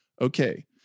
Okay